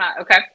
Okay